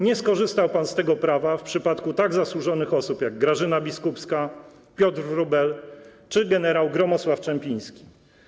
Nie skorzystał pan z tego prawa w przypadku tak zasłużonych osób, jak Grażyna Biskupska, Piotr Wróbel czy gen. Gromosław Czempiński.